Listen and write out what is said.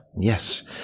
yes